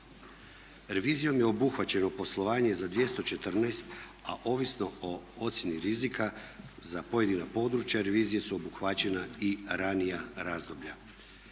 Revizijom je obuhvaćeno poslovanje za 214 a ovisno o ocjeni rizika za pojedina područja revizijom su obuhvaćena i ranija razdoblja.